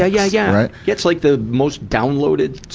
yeah, yeah, yeah! it's like the most downloaded,